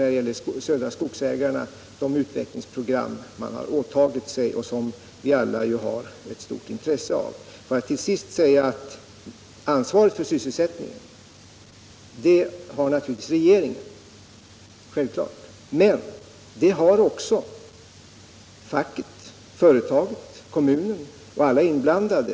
när det gäller Södra Skogsägarna —- genomföra de utvecklingsprogram man har åtagit sig och som vi alla har stort intresse av. Till sist vill jag säga att ansvaret för sysselsättningen har naturligtvis regeringen. Men det har också facket, företaget, kommunen och alla inblandade.